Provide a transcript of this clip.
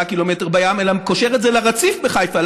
קילומטר בים אלא קושר את זה לרציף בחיפה,